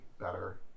better